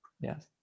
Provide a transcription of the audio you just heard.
yes